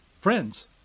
friends